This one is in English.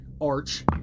arch